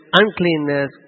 uncleanness